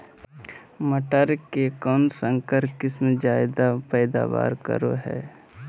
मटर के कौन संकर किस्म जायदा पैदावार करो है?